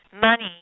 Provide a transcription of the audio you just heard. money